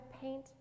paint